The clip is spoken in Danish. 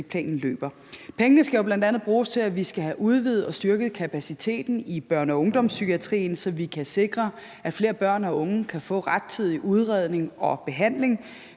jo bl.a. bruges til, at vi skal have udvidet og styrket kapaciteten i børne- og ungdomspsykiatrien, så vi kan sikre, at flere børn og unge kan få rettidig udredning og behandling.